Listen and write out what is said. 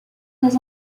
has